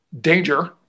danger